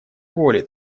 воли